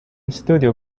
studio